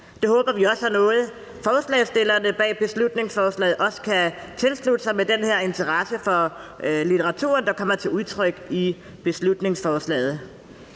Det håber vi også at forslagsstillerne bag beslutningsforslaget kan tilslutte sig med den her interesse for litteraturen, der kommer til udtryk i beslutningsforslaget.